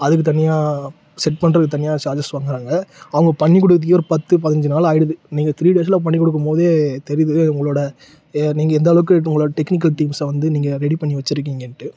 அதுக்கு தனியாக செட் பண்ணுறதுக்கு தனியாக சார்ஜெஸ் வாங்குறாங்க அவங்க பண்ணி கொடுக்கறத்துக்கே ஒரு பத்து பதினைஞ்சி நாள் ஆகிடுது நீங்கள் த்ரீ டேஸில் பண்ணி கொடுக்கும்போதே தெரியுது உங்களோடய ஏ நீங்கள் எந்த அளவுக்கு இன்னும் உங்களோடய டெக்னிக்கல் டீம்ஸ்ஸை வந்து நீங்கள் ரெடி பண்ணி வெச்சுருக்கீங்கன்ட்டு